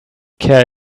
care